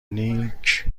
نیک